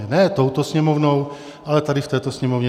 Ne touto Sněmovnou, ale tady v této Sněmovně.